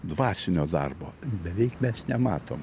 dvasinio darbo beveik mes nematom